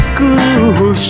good